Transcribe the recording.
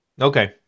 Okay